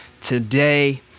today